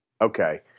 Okay